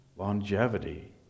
longevity